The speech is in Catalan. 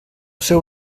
seu